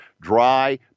dry